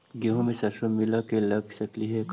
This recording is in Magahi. गेहूं मे सरसों मिला के लगा सकली हे का?